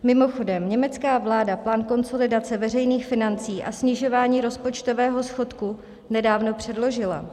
Mimochodem, německá vláda plán konsolidace veřejných financí a snižování rozpočtového schodku nedávno předložila.